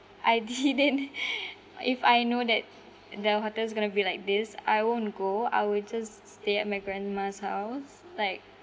I didn't if I know that the hotel is going to be like this I won't go I will just s~ stay at my grandma's house like